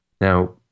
Now